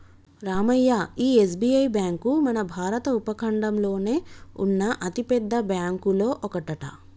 రామయ్య ఈ SBI bank మన భారత ఉపఖండంలోనే ఉన్న అతిపెద్ద బ్యాంకులో ఒకటట